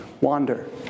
wander